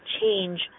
change